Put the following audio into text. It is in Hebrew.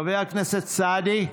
חבר הכנסת סעדי,